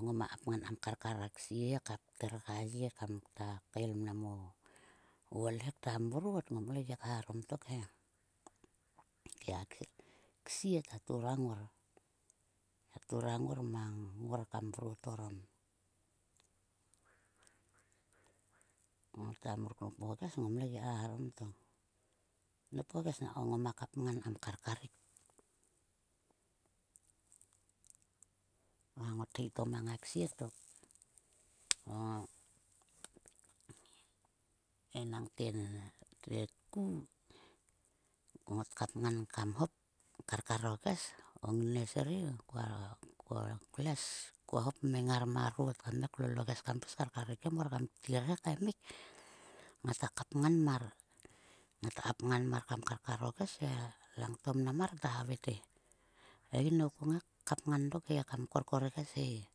Ngoma kapngan kam karkar o ksie he ka pter ka ye kamta kael mnam o ool he ka mrot ngom legia kaeharom tok arhe. Tokhe a ksie ta turang ngor. Ta turang ngor kam mrot orom. Mo taim ruk nop o ges ngomle gi kaeharom tok. Noop o ges nang ngoma kapngan kam karkaruk rik. Angothi to mang a ksie tok. O enangte tetku ngot kapngan kam hop karkar o ges. O ngnes ri klues. Ko hop meng ngar marot kam ngai klol o ges kam karkarukhe mor kam ptur he kaemuk, ngata kapngan mar. Ngata kapngam mar kam karkar o ges he langto mnam man ta havai te "ee inou ko ngai kapngan dok he kam korkor ges he."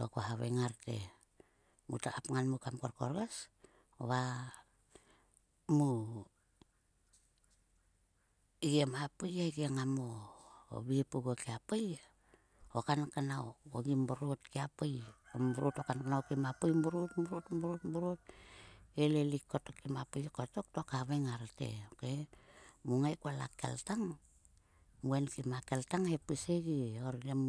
Ko haveng ngar te, muta kapngan muk kam korkor ges va mu gem a pui he ngam o vep oguo kia pui, o kanknao o gi mrot kia pui mrot o kanknau kia pui mrot, mrot mrot he elel kotok kim a pui kottok to khaveng ar te. Ok mu ngai kol a kel tang mu enkim a kel tang he pis he gr hortgrm.